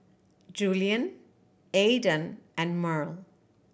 Julian Aedan and Murl